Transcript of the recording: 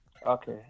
Okay